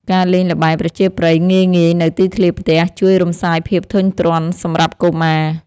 ការលេងល្បែងប្រជាប្រិយងាយៗនៅទីធ្លាផ្ទះ ជួយរំសាយភាពធុញទ្រាន់សម្រាប់កុមារ។